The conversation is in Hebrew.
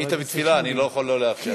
היית בתפילה, אני לא יכול לא לאפשר.